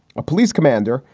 a police commander,